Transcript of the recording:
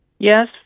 Yes